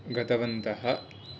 गतवन्तः